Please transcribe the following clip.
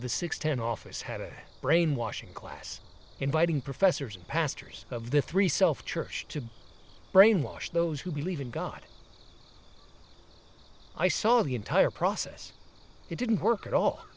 the sixten office had a brainwashing class inviting professors and pastors of the three self church to brainwash those who believe in god i saw the entire process it didn't work at all